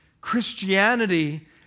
Christianity